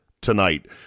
tonight